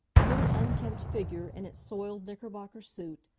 the little unkempt figure, in its soiled knickerbocker suit,